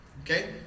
Okay